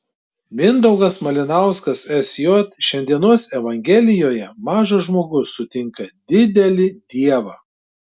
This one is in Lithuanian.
mindaugas malinauskas sj šiandienos evangelijoje mažas žmogus sutinka didelį dievą